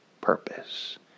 purpose